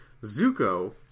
Zuko